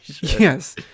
yes